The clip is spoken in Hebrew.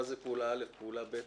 מה זה פעולה א', פעולה ב'?